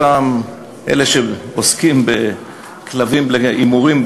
אותם אלה שעוסקים בכלבים להימורים,